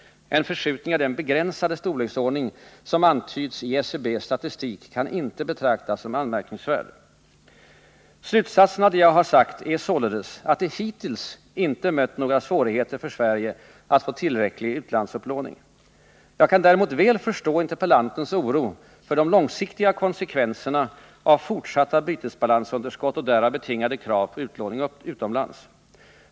En förskjutning av den begränsade storleksordning som antyds i SCB:s statistik kan inte betraktas som anmärkningsvärd. Slutsatsen av det jag sagt är således att det hittills inte mött några svårigheter för Sverige att få tillräcklig utlandsupplåning. Jag kan däremot väl förstå interpellantens oro för de långsiktiga konsekvenserna av fortsatta bytesbalansunderskott och därav betingade krav på upplåning utomlands.